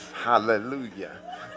Hallelujah